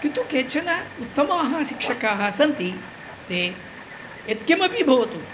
किन्तु केचन उत्तमाः शिक्षकाः सन्ति ते यत्किमपि भवतु